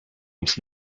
ums